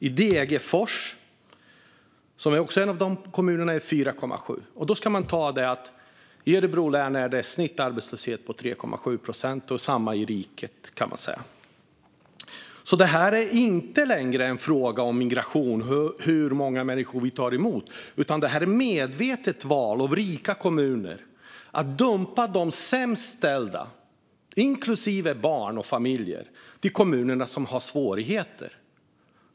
I Degerfors, som också är en av dessa kommuner, är det 4,7. Då ska man veta att snittarbetslösheten i Örebro län är 3,7 procent, och man kan säga att det är samma i riket. Detta är alltså inte längre en fråga om migration och hur många människor vi tar emot, utan det är ett medvetet val av rika kommuner att dumpa de sämst ställda - inklusive barn och familjer - i kommunerna som har svårigheter.